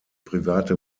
private